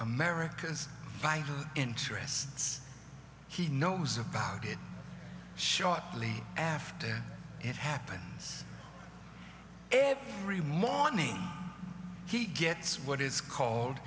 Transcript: america's vital interests he knows about it shortly after it happens every morning he gets what is called